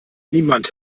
niemand